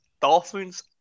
Dolphins